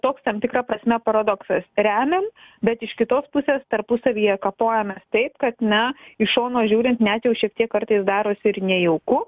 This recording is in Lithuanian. toks tam tikra prasme paradoksas remiam bet iš kitos pusės tarpusavyje kapojamės taip kad na iš šono žiūrint net jau šiek tiek kartais darosi ir nejauku